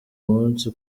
umunsi